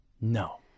No